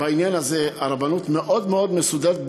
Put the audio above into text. בעניין הזה הרבנות מאוד מאוד מסודרת,